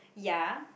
ya